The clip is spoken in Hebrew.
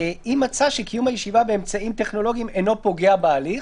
אם מצא שקיום הישיבה באמצעים טכנולוגיים אינו פוגע בהליך,